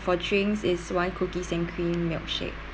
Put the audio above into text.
for drinks is one cookies and cream milkshake